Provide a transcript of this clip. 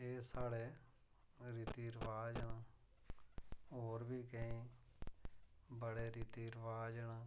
एह् साढ़े रीति रवाज़ होर बी केईं बड़े रीति रवाज़ न